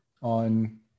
on